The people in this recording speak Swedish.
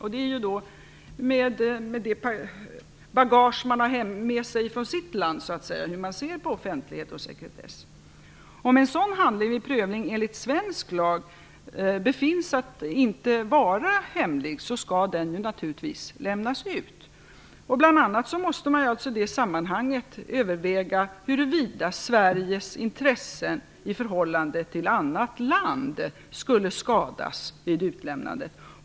Hur man ser på offentlighet och sekretess påverkas av det bagage man har med sig från sitt land. Om det vid prövning enligt svensk lag befinns att en sådan handling inte skall vara hemlig skall den naturligtvis lämnas ut. Man måste i det sammanhanget bl.a. överväga huruvida Sveriges intressen i förhållande till annat land skulle skadas vid utlämnandet.